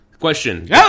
Question